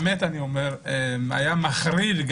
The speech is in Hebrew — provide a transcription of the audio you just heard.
היה מחריד,